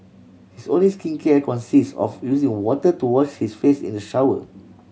his only skincare consists of using water to wash his face in the shower